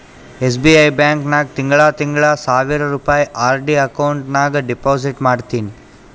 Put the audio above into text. SBI bank ನಾಗ್ ತಿಂಗಳಾ ತಿಂಗಳಾ ಸಾವಿರ್ ರುಪಾಯಿ ಆರ್.ಡಿ ಅಕೌಂಟ್ ನಾಗ್ ಡೆಪೋಸಿಟ್ ಮಾಡ್ತೀನಿ